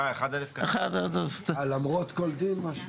אה, למרות כל דין משהו.